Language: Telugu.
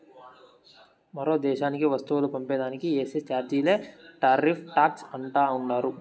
మరో దేశానికి వస్తువులు పంపే దానికి ఏసే చార్జీలే టార్రిఫ్ టాక్స్ అంటా ఉండారు